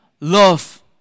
love